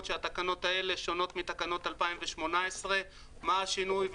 שהתקנות האלה שונות מתקנות 2018. מה השינוי,